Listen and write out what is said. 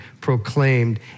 proclaimed